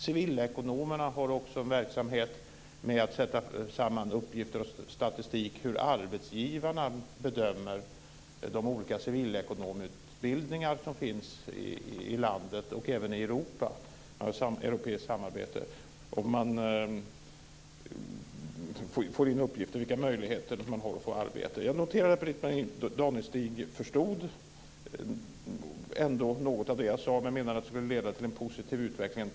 Civilekonomerna har också en verksamhet med att sätta samman uppgifter och statistik för hur arbetsgivarna bedömer de olika civilekonomutbildningar som finns i landet, och även i Europa. Det finns ett europeiskt samarbete. Man får in uppgifter om vilka möjligheter man har att få arbete. Jag noterar att Britt-Marie Danestig ändå förstod något av det jag sade när jag menade att detta skulle leda till en positiv utveckling.